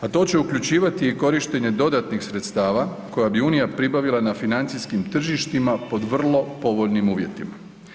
A to će uključivati i korištenje dodatnih sredstava koja bi Unija pribavila na financijskim tržištima pod vrlo povoljnim uvjetima.